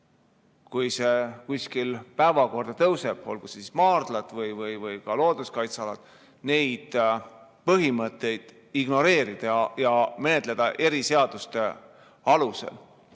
see teema kuskil päevakorda tõuseb, olgu maardlad või ka looduskaitsealad, neid põhimõtteid ignoreerida ja menetleda eriseaduste alusel.